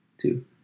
two